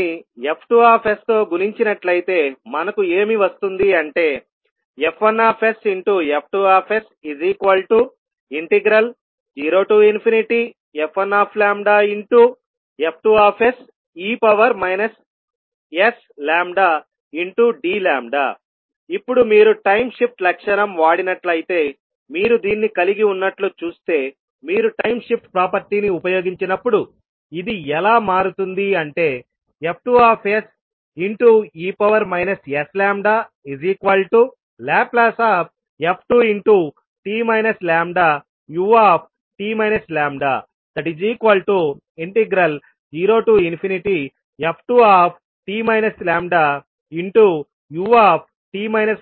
దీన్ని F2తో గుణించినట్లయితే మనకు ఏమి వస్తుంది అంటే F1sF2s0f1F2se sλdλ ఇప్పుడు మీరు టైం షిఫ్ట్ లక్షణం వాడినట్లయితే మీరు దీన్ని కలిగి ఉన్నట్లు చూస్తే మీరు టైమ్ షిఫ్ట్ ప్రాపర్టీని ఉపయోగించినప్పుడు ఇది ఎలా మారుతుంది అంటే F2se sλLf2t λut λ0f2t λut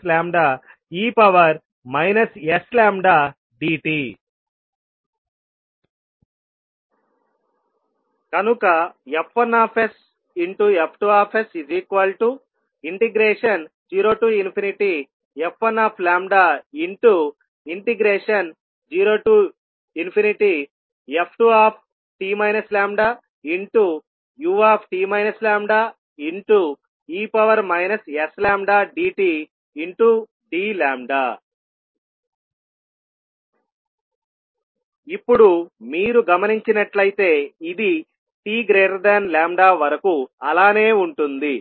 λe sλdt కనుక F1sF2s0f1λ0f2t λut λe sλdt dλ ఇప్పుడు మీరు గమనించినట్లయితే ఇది t వరకు అలానే ఉంటుంది